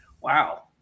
Wow